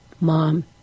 Mom